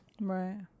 Right